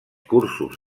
cursos